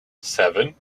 seven